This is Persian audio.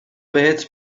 بهت